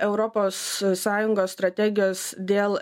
europos sąjungos strategijos dėl